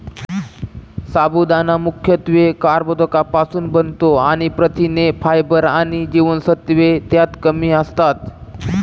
साबुदाणा मुख्यत्वे कर्बोदकांपासुन बनतो आणि प्रथिने, फायबर आणि जीवनसत्त्वे त्यात कमी असतात